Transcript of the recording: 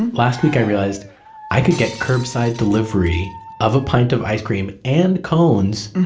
and last week, i realized i could get curbside delivery of a pint of ice cream and cones,